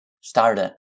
started